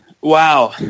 Wow